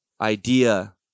idea